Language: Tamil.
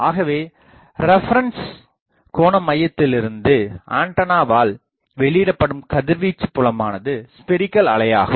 ஆகவே ரெபரன்ஸ் கோணமையத்திலிருந்து ஆண்டனாவல் வெளியிடப்படும் கதிர்வீச்சு புலமானது ஸ்பெரிகள் அலையாகும்